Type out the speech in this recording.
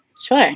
Sure